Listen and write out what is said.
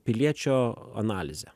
piliečio analizę